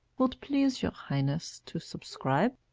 wilt please your highness to subscribe,